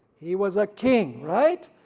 he was a king right?